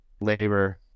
Labor